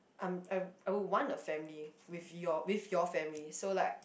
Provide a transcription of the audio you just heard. I I I want a family with your with your family so like